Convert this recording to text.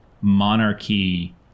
monarchy